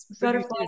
butterflies